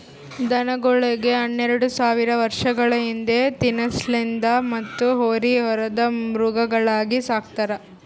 ದನಗೋಳಿಗ್ ಹನ್ನೆರಡ ಸಾವಿರ್ ವರ್ಷಗಳ ಹಿಂದ ತಿನಸಲೆಂದ್ ಮತ್ತ್ ಹೋರಿ ಹೊರದ್ ಮೃಗಗಳಾಗಿ ಸಕ್ತಾರ್